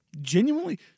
genuinely